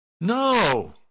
No